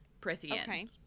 Prithian